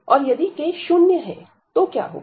और यदि k शून्य है तो क्या होगा